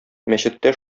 мәчеттә